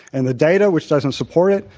and the data, which doesn't support it,